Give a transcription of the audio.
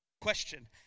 Question